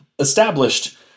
established